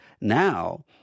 now